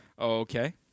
Okay